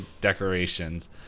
decorations